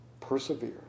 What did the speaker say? Persevere